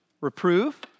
reprove